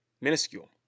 Minuscule